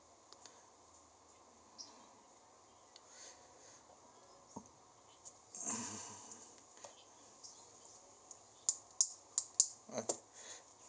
uh